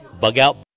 bug-out